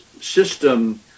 system